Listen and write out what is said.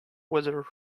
weather